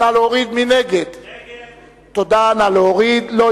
ההסתייגות (2) של קבוצת סיעת מרצ לסעיף 1 לא נתקבלה.